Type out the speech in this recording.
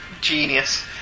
genius